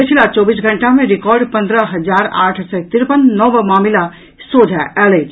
पछिला चौबीस घंटा मे रिकॉर्ड पंद्रह हजार आठ सय तिरपन नव मामिला सोझा आयल अछि